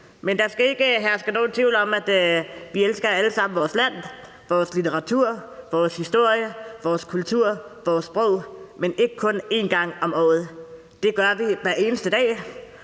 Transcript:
Men der skal ikke herske nogen tvivl om, at vi alle sammen elsker vores land, vores litteratur, vores historie og vores kultur og sprog, men ikke kun en gang om året. Det gør vi hver eneste dag.